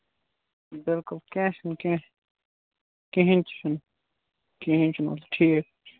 بِلکُل کیٚنٛہہ چھُنہٕ کیٚنٛہہ چھُنہٕ کِہیٖنٛۍ تہِ چھُنہٕ کِہیٖنٛۍ چھُنہٕ ٹھیٖک